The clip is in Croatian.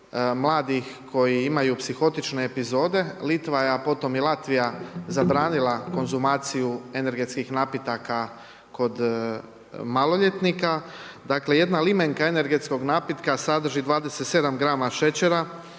mladih koji imaju psihotične epizode Litva je a potom i Latvija zabranila konzumaciju energetskih napitaka kod maloljetnika. Dakle jedna limenka energetskog napitka sadrži 27 grama šećera